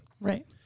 Right